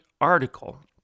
article